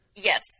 Yes